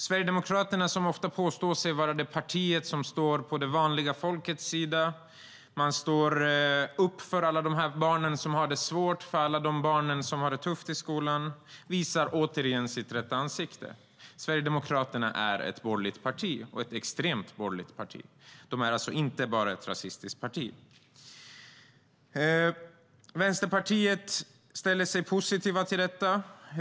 Sverigedemokraterna, som ofta påstår sig vara partiet som står på det vanliga folkets sida och som står upp för alla barn som har det svårt och tufft i skolan, visar återigen sitt rätta ansikte. Sverigedemokraterna är alltså inte bara ett rasistiskt parti utan också ett extremt borgerligt parti. Vänsterpartiet ställer sig positivt till förslaget.